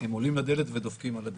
הם עולים לדלת ודופקים על הדלת.